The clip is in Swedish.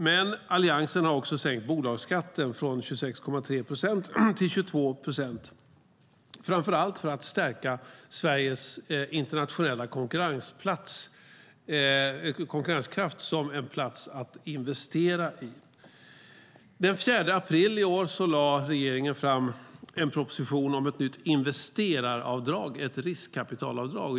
Men Alliansen har också sänkt bolagsskatten från 26,3 procent till 22 procent, framför allt för att stärka Sveriges internationella konkurrenskraft och attraktivitet som en plats att investera i. Den 4 april i år lade regeringen fram en proposition om ett nytt investeraravdrag, ett riskkapitalavdrag.